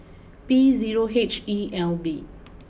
B zero H E L B